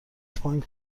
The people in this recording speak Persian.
پانگ